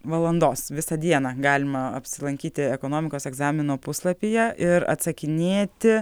valandos visą dieną galima apsilankyti ekonomikos egzamino puslapyje ir atsakinėti